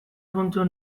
puntu